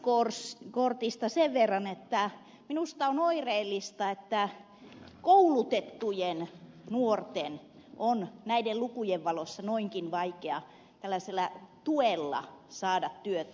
sanssi kortista sen verran että minusta on oireellista että koulutettujen nuorten on näiden lukujen valossa noinkin vaikea tällaisella tuella saada työtä